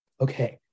okay